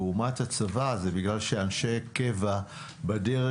לעומת הצבא זה בגלל שאנשי קבע בדרג